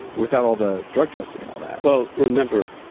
without all the drug testing and all that well, remember,